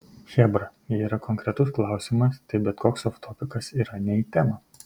chebra jei yra konkretus klausimas tai bet koks oftopikas yra ne į temą